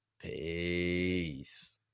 Peace